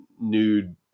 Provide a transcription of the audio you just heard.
nude